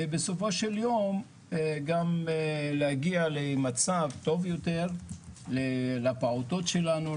ובסופו של יום גם להגיע למצב טוב יותר לפעוטות שלנו,